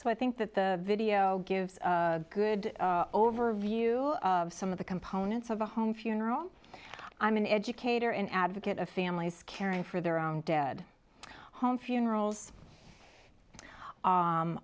so i think that the video gives a good overview of some of the components of a home funeral i'm an educator an advocate of families caring for their own dead home funerals